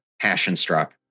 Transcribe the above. passion-struck